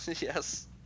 Yes